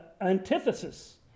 antithesis